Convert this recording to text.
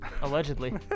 allegedly